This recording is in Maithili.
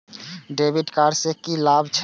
डेविट कार्ड से की लाभ छै?